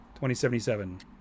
2077